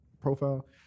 profile